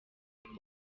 hip